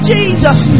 Jesus